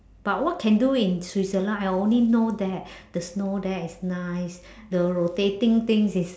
but what can do in switzerland I only know that the snow there is nice the rotating things is